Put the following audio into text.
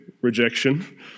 rejection